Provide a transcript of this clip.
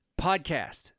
podcast